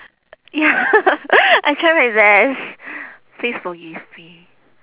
ya I try my best please forgive me